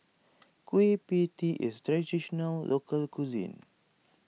Kueh Pie Tee is Traditional Local Cuisine